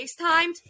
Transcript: FaceTimed